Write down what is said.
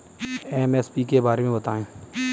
MSP के बारे में बतायें?